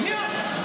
שנייה.